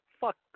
Fuck